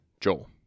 Joel